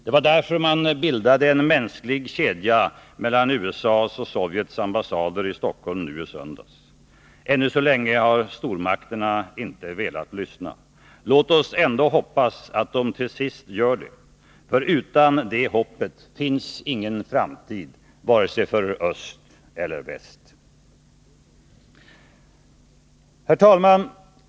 Det var därför man bildade en mänsklig kedja mellan USA:s och Sovjets ambassader i Stockholm nu i söndags. Ännu så länge har stormakterna inte velat lyssna. Låt oss ändå hoppas att de till sist gör det. Utan det hoppet finns ingen framtid, vare sig för öst eller väst. Herr talman!